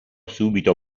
subito